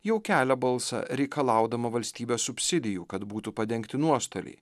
jau kelia balsą reikalaudama valstybės subsidijų kad būtų padengti nuostoliai